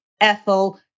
Ethel